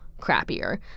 crappier